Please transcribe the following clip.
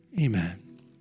Amen